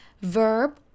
verb